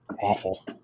awful